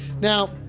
Now